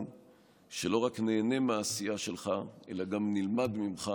שלא רק ניהנה מהעשייה שלך אלא גם נלמד ממך,